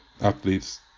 athletes